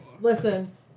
Listen